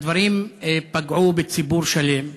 הדברים פגעו בציבור שלם,